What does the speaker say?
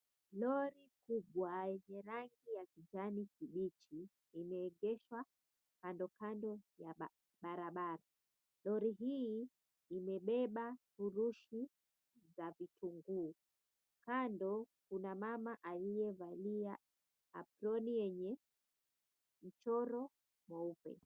Lori kubwa yenye rangi ya kijani kibichi imeegeshwa ado kando barabara. Lori hii imebeba furushi za vitunguu. Kando kuna mama aliyevalia aproni yenye mchoro mweupe.